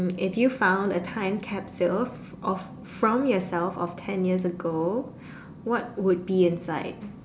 if you found a time capsule of from yourself of ten years ago what would be inside